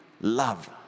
love